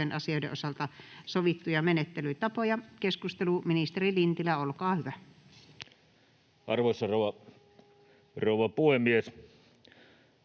asioiden osalta sovittuja menettelytapoja. — Ministeri Lintilä, olkaa hyvä. [Speech 130] Speaker: